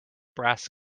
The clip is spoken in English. brass